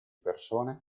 persone